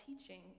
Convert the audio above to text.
teaching